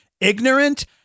ignorant